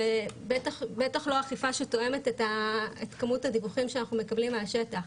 בטח לא אכיפה שתואמת את כמות הדיווחים שאנחנו מקבלים מהשטח.